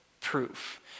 proof